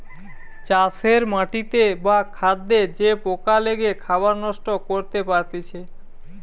চাষের মাটিতে বা খাদ্যে যে পোকা লেগে খাবার নষ্ট করতে পারতিছে